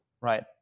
right